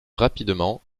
rapidement